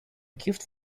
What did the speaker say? gift